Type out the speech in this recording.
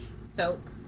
Soap